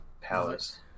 Palace